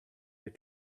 your